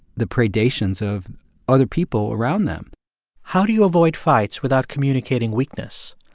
the predations of other people around them how do you avoid fights without communicating weakness?